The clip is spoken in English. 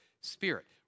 Spirit